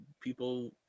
people